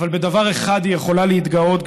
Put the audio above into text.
אבל בדבר אחד היא יכולה להתגאות,